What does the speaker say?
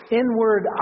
inward